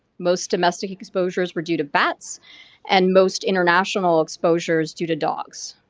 most domestic exposures were due to bats and most international exposures due to dogs,